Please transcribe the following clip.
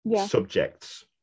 subjects